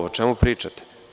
O čemu pričate?